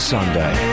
Sunday